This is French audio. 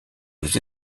aux